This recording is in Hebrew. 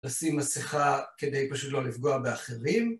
לשים מסכה כדי פשוט לא לפגוע באחרים.